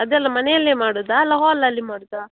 ಅದೆಲ್ಲ ಮನೆಯಲ್ಲೇ ಮಾಡೋದಾ ಅಲ್ಲ ಹಾಲಲ್ಲಿ ಮಾಡೋದಾ